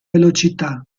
velocità